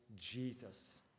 Jesus